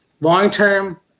long-term